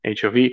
HOV